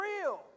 real